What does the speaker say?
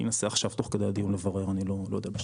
אני אנסה עכשיו תוך כדי הדיון לברר, אני לא יודע.